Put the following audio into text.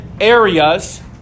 areas